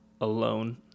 alone